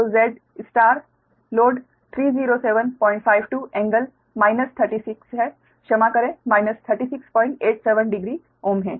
तो Z 30752∟ 36 है क्षमा करें 36870 Ω है